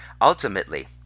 Ultimately